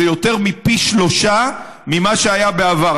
זה יותר מפי שלושה ממה שהיה בעבר.